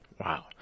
Wow